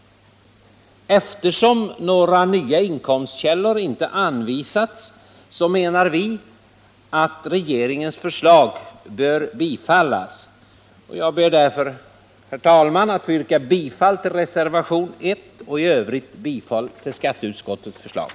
Eftersom några nya inkomstkällor inte har anvisats menar vi att regeringens förslag bör bifallas. Jag ber därför, herr talman, att få yrka bifall till reservationen 1 och i övrigt bifall till skatteutskottets förslag.